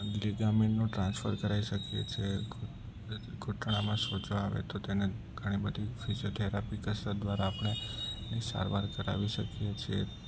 આ લીગામીનનું ટ્રાન્સફર કરાઈ શકીએ છે ઘૂંટણામાં સોજા આવે તો તેને ઘણી બધી ફિઝિયોથેરાપી કસરત દ્વારા આપણે એની સારવાર કરાવી શકીએ છે